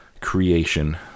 creation